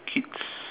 kids